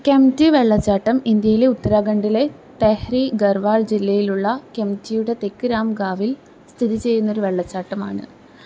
കെംപ്റ്റി വെള്ളച്ചാട്ടം ഇന്ത്യയിലെ ഉത്തരാഖണ്ഡിലെ തെഹ്രി ഗർവാൾ ജില്ലയിലുള്ള കെംപ്റ്റിയുടെ തെക്ക് രാം ഗാവിൽ സ്ഥിതിചെയ്യുന്നൊര് വെള്ളച്ചാട്ടമാണ്